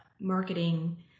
marketing